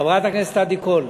חברת הכנסת עדי קול,